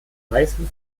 weißem